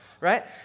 right